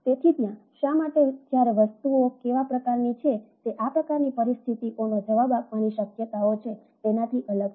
તેથી ત્યાં શા માટે જ્યારે વસ્તુઓ કેવા પ્રકારની છે જે આ પ્રકારની પરિસ્થિતિઓનો જવાબ આપવાની શક્યતાઓ છે તેનાથી અલગ છે